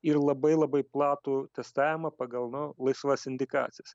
ir labai labai platų testavimą pagal na laisvas indikacijas